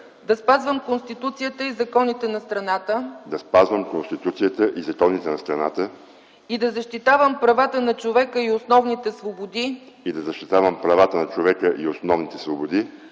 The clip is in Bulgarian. да спазвам Конституцията и законите на страната и да защитавам правата на човека и основните свободи,